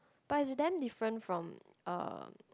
but it's damn different from uh